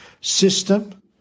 system